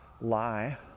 lie